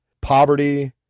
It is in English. poverty